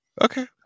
Okay